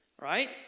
Right